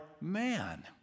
man